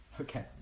Okay